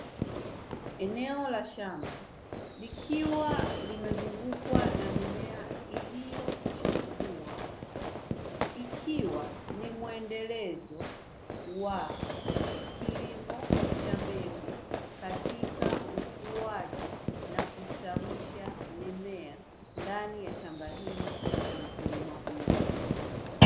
Eneo la shamba likiwa limezungukwa na mimea iliyo chipua, ikiwa ni mwendelezo wa kilimo cha mbegu katika ukuaji na kustawisha mimea ndani ya shamba hili la mkulima huyu.